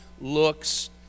looks